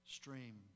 stream